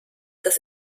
das